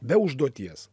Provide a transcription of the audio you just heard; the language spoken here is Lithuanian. be užduoties